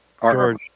George